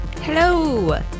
Hello